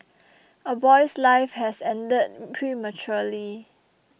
a boy's life has ended prematurely